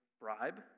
bribe